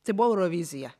tai buvo eurovizija